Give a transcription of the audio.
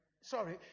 Sorry